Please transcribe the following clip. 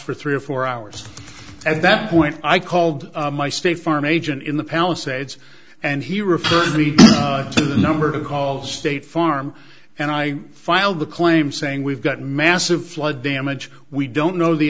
for three or four hours at that point i called my state farm agent in the palisades and he referred me to the number to call the state farm and i filed the claim saying we've got massive flood damage we don't know the